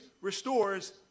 restores